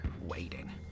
waiting